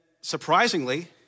surprisingly